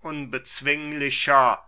unbezwinglicher